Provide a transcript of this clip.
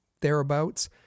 thereabouts